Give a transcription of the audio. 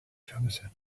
janitor